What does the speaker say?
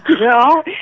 No